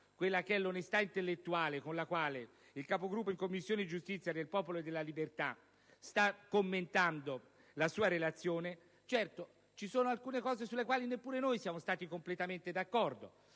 chiara l'onestà intellettuale con la quale il Capogruppo in Commissione giustizia del Popolo della Libertà sta commentando la sua relazione, ammettiamo che, certo, ci sono alcune questioni sulle quali neppure noi siamo stati completamente d'accordo;